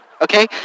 okay